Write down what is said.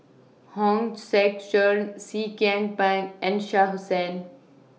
Hong Sek Chern Seah Kian Peng and Shah Hussain